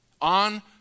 On